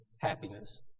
happiness